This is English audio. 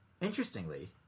Interestingly